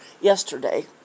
yesterday